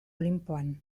olinpoan